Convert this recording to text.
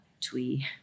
twee